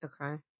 Okay